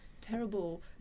terrible